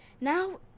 Now